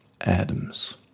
Adams